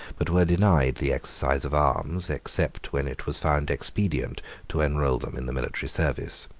but were denied the exercise of arms, except when it was found expedient to enroll them in the military service.